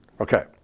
Okay